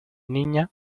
niña